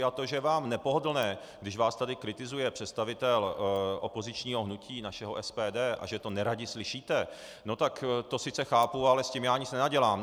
A to, že je vám nepohodlné, když vás tady kritizuje představitel opozičního hnutí, našeho SPD, a že to neradi slyšíte, no tak to sice chápu, ale s tím já nic nenadělám.